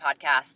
podcast